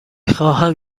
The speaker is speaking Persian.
خواهم